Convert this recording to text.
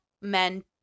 men